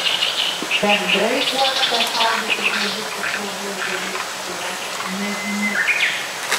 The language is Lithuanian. bendrai uoste šaldytų produktų krovos dalis yra nežymi